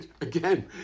again